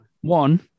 One